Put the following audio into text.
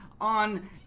on